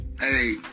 hey